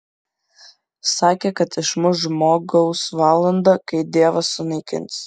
sakė kad išmuš žmogaus valanda kai dievas sunaikins